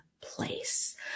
place